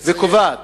וקובעת,